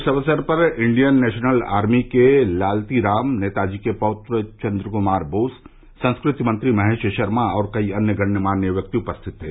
इस अवसर पर इंडियन नेशनल आर्मी के लालतीराम नेताजी के पौत्र चन्द्रकुमार बोस संस्कृति मंत्री महेश शर्मा और कई अन्य गणमान्य व्यक्ति उपस्थित थे